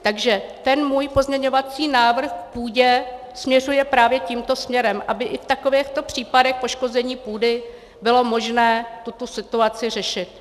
Takže ten můj pozměňovací návrh k půdě směřuje právě tímto směrem, aby i v takovýchto případech poškození půdy bylo možné tuto situaci řešit.